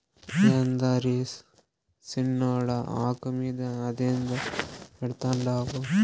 యాందది సిన్నోడా, ఆకు మీద అదేందో పెడ్తండావు